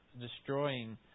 destroying